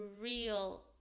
real